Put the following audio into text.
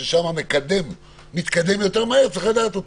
ששם המקדם מתקדם יותר מהר צריך לדעת אותם.